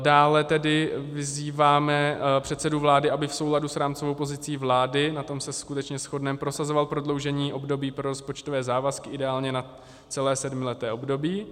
Dále tedy vyzýváme předsedu vlády, aby v souladu s rámcovou pozicí vlády, na tom se skutečně shodneme, prosazoval prodloužení období pro rozpočtové závazky, ideálně na celé sedmileté období.